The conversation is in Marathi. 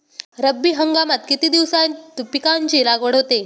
रब्बी हंगामात किती दिवसांत पिकांची लागवड होते?